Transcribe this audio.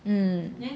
mm